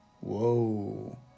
Whoa